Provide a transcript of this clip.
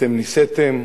אתם נישאתם,